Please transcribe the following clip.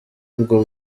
ubwo